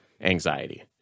anxiety